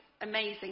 amazing